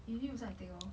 if me also I take lor